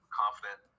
confident